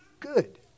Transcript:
Good